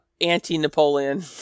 anti-Napoleon